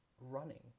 running